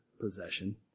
possession